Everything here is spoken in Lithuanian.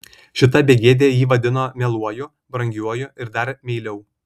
šita begėdė jį vadino mieluoju brangiuoju ir dar meiliau